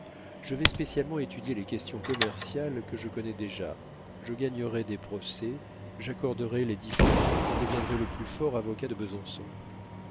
je vais spécialement étudier les questions commerciales que je connais déjà je gagnerai des procès j'accorderai les différends je deviendrai le plus fort avocat de besançon